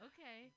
Okay